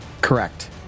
Correct